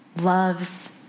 loves